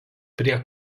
prie